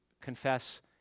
confess